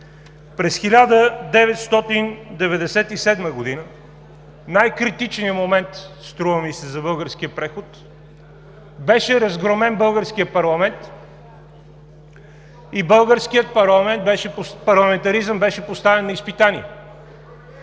През 1997 г. – най-критичният момент, струва ми се, за българския преход, беше разгромен българският парламент и българският парламентаризъм беше поставен на изпитание.